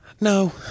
No